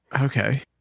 Okay